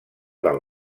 del